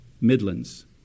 Midlands